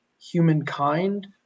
Humankind